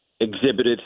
exhibited